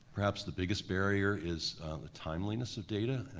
perhaps the biggest barrier is the timeliness of data,